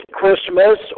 Christmas